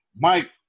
Mike